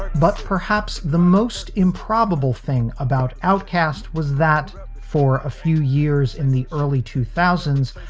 but perhaps the most improbable thing about outcaste was that for a few years in the early two thousand